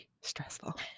stressful